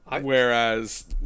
Whereas